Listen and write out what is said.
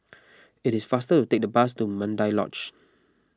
it is faster to take the bus to Mandai Lodge